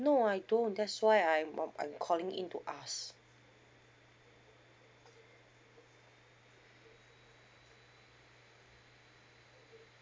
no I don't that's why I'm I'm calling in to ask